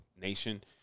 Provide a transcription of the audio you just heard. nation